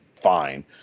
fine